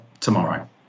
tomorrow